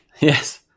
Yes